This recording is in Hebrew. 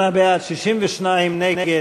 58 בעד, 62 נגד.